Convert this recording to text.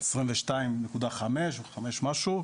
22.5 או 22.5 ומשהו.